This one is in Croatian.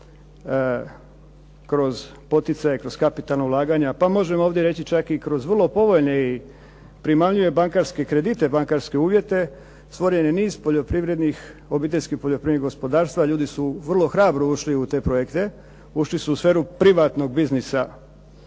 kroz poticaje, kroz kapitalna ulaganja pa možemo ovdje reći čak i kroz vrlo povoljne primamljive bankarske kredite, bankarske uvjete stvoren je niz obiteljskih poljoprivrednih gospodarstava, ljudi su vrlo hrabro ušli u te projekte, ušli su u sferu privatnog biznisa